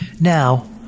Now